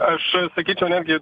aš sakyčiau netgi